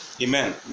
amen